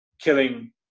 killing